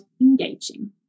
engaging